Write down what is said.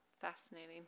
Fascinating